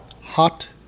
Hot